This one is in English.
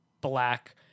black